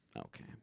Okay